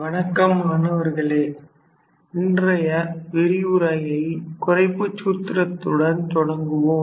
வணக்கம் மாணவர்களே இன்றைய விரிவுரையை குறைப்புச் சூத்திரத்துடன் தொடங்குவோம்